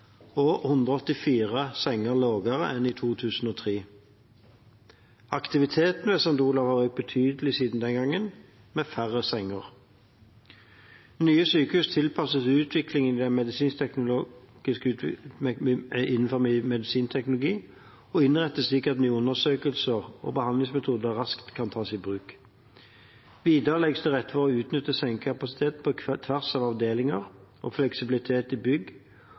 og 184 færre enn i 2003. Aktiviteten ved St. Olavs hospital har økt betydelig siden den gang – med færre senger. Nye sykehus tilpasses utviklingen innen medisinsk teknologi og innrettes slik at nye undersøkelses- og behandlingsmetoder raskt kan tas i bruk. Videre legges det til rette for å utnytte sengekapasiteten på tvers av avdelinger og fleksibilitet i bygg,